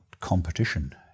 competition